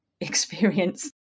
experience